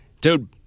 Dude